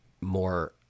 more